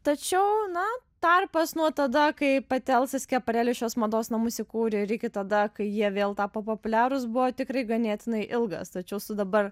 tačiau na tarpas nuo tada kai pati elza skepareli šiuos mados namus įkūrė ir iki tada kai jie vėl tapo populiarūs buvo tikrai ganėtinai ilgas tačiau su dabar